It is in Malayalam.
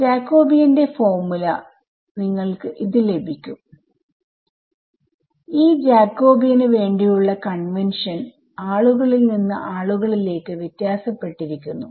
ജാകോബിയന്റെ ഫോർമുലനിങ്ങൾക്ക് ഇത് ലഭിക്കും ഈ ജാകോബിയന് വേണ്ടിയുള്ള കൺവെൻഷൻ ആളുകളിൽ നിന്ന് ആളുകളിലേക്ക് വ്യത്യാസപ്പെട്ടിരിക്കുന്നു